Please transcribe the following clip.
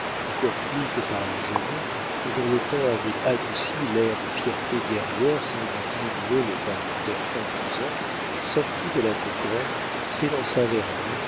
encore plus que par les années et dont le temps avait adouci l'air de fierté guerrière sans en diminuer le caractère imposant sortit de la poterne s'élança vers elles